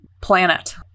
planet